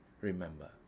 remember